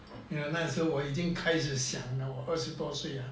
那时候我已经开始想了我二十多岁啊